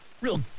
real